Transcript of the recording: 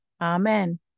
Amen